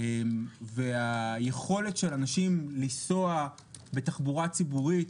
והיכולת של אנשים לנסוע בתחבורה ציבורית